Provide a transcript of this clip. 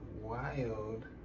wild